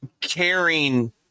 caring